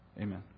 Amen